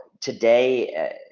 today